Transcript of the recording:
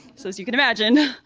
so as you can imagine,